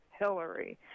Hillary